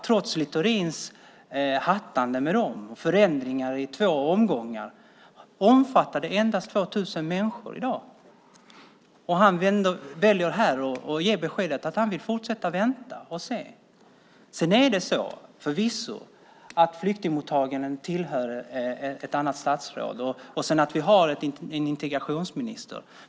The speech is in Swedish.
Trots Littorins hattande med instegsjobben och förändringar i två omgångar omfattar de endast 2 000 människor i dag. Littorin väljer att här ge besked att han vill fortsätta att vänta och se. Förvisso tillhör flyktingmottagandet ett annat statsråds område, vi har en integrationsminister.